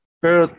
pero